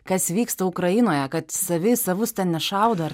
kas vyksta ukrainoje kad savi į savus ten nešaudo ar